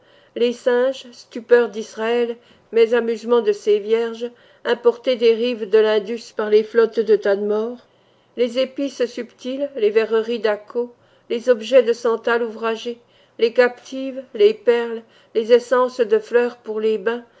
les singes stupeur d'israël mais amusement de ses vierges importés des rives de l'indus par les flottes de tadmor les épices subtiles les verreries d'akkô les objets de santal ouvragé les captives les perles les essences de fleurs pour les bains